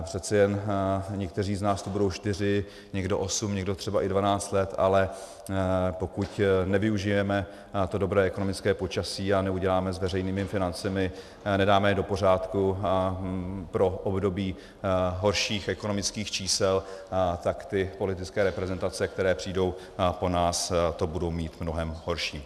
Přece jen někteří z nás tu budou čtyři, někdo osm, někdo třeba i dvanáct let, ale pokud nevyužijeme to dobré ekonomické počasí a neuděláme něco s veřejnými financemi, nedáme je do pořádku pro období horších ekonomických čísel, tak ty politické reprezentace, které přijdou po nás, to budou mít mnohem horší.